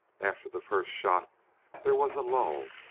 after the first shot there was a lull.